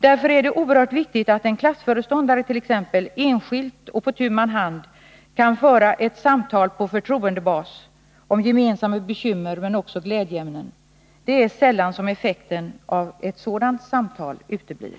Därför är det oerhört viktigt att en klassföreståndare på tu man hand kan föra ett samtal på företroendebas om gemensamma bekymmer men också om glädjeämnen. Det är sällan som effekten av ett sådant samtal uteblir.